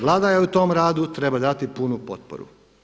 Vlada joj u tom radu treba dati punu potporu.